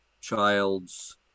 child's